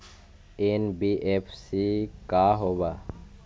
NBFC का होब?